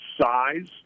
size